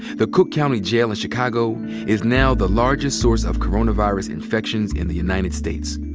the cook county jail in chicago is now the largest source of coronavirus infections in the united states.